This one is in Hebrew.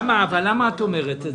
למה את אומרת את זה?